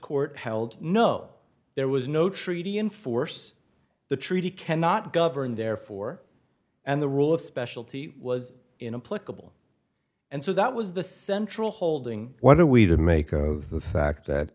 court held no there was no treaty in force the treaty cannot govern therefore and the rule of specialty was in a political and so that was the central holding what are we to make of the fact that